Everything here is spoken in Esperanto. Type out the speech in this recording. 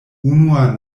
unua